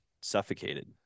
suffocated